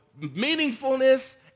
meaningfulness